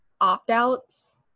opt-outs